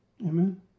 Amen